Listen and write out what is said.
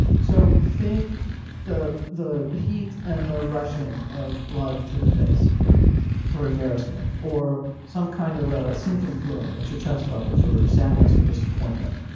so think the the heat and the rushing of blood to the face for embarrassment or some kind of a sinking feeling at your chest level for sadness or disappointment.